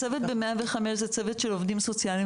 הצוות ב-105 זה צוות של עובדים סוציאליים